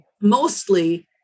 Mostly